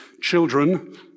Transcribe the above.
children